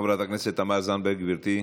חברת הכנסת תמר זנדברג, גברתי.